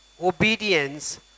obedience